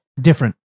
Different